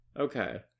Okay